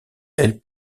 elle